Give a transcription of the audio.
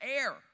air